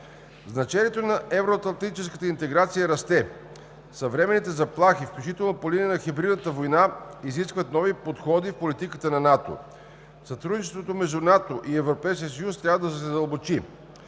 Значението на евроатлантическата интеграция расте. Съвременните заплахи, включително по линия на хибридната война, изискват нови подходи в политиката на НАТО. Сътрудничеството между НАТО и Европейския съюз трябва да се задълбочи.